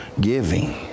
Giving